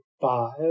five